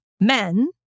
men